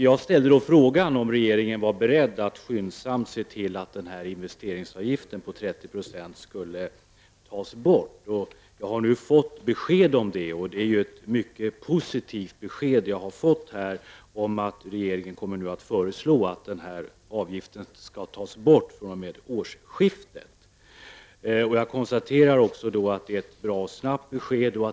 Jag ställde då frågan om regeringen var beredd att skyndsamt se till att investeringsavgiften på 30 % skulle tas bort. Jag har nu fått ett mycket positivt besked om att regeringen kommer att föreslå att avgiften skall tas bort vid årsskiftet. Det är ett bra och snabbt besked.